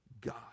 God